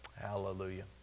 Hallelujah